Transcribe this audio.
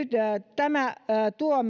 tämä tuo